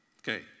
Okay